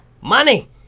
money